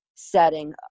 Setting